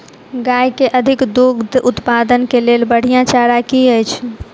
गाय केँ अधिक दुग्ध उत्पादन केँ लेल बढ़िया चारा की अछि?